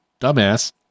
dumbass